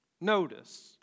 Notice